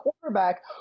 quarterback